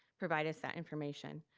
provide us that information.